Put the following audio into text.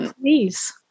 Please